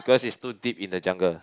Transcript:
because is too deep in the jungle